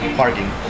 parking